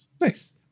Nice